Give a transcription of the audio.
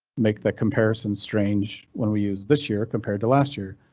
make that comparison strange. when we use this year compared to last year.